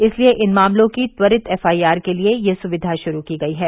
इसलिए इन मामलों की त्वरित एफआईआर के लिए यह सुविधा शुरू की गई है